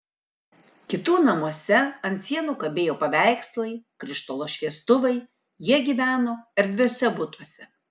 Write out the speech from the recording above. kitų namuose ant sienų kabėjo paveikslai krištolo šviestuvai jie gyveno erdviuose butuose